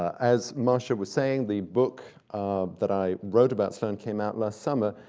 as marcia was saying, the book that i wrote about sloane came out last summer,